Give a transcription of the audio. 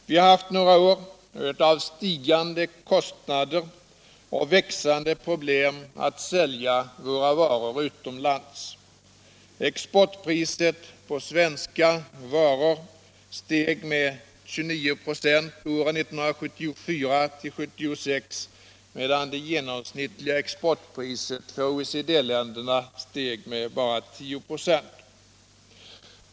Vi har haft några år av stigande kostnader och växande problem med att sälja våra varor utomlands. Exportpriset på svenska varor steg med 29 96 från 1974 till 1976, medan det genomsnittliga exportpriset för OECD-länderna steg med bara 10 96.